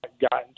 gotten